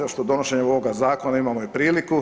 Još kod donošenja ovog zakona imamo i priliku.